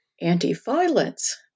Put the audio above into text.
anti-violence